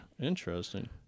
Interesting